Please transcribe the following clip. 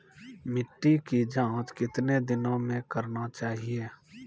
मिट्टी की जाँच कितने दिनों मे करना चाहिए?